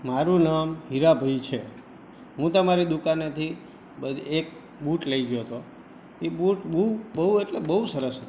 મારું નામ હીરાભઈ છે હું તમારી દુકાનેથી બસ એક બૂટ લઇ ગયો હતો એ બૂટ બહુ બહુ એટલે બહુ સરસ હતાં